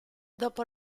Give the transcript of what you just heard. dopo